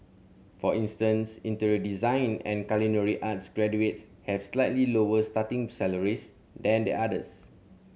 for instance interior design and culinary arts graduates have slightly lower starting salaries than the others